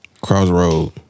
Crossroad